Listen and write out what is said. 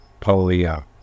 polio